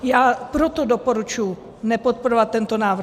Já proto doporučuji nepodporovat tento návrh.